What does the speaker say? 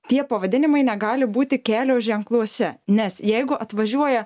tie pavadinimai negali būti kelio ženkluose nes jeigu atvažiuoja